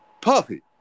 Puffy